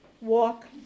walk